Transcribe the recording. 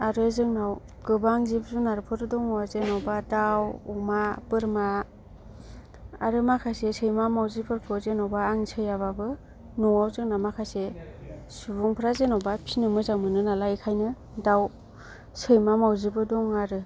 आरो जोंनाव गोबां जिब जुनारफोर दङ जेन'बा दाव अमा बोरमा आरो माखासे सैमा मावजि फोरखौ जेन'बा आं सैया बाबो न'वाव जोंना माखासे सुबुंफ्रा जेन'बा मोजां मोनो नालाय बेखायनो दाव सैमा मावजिबो दं आरो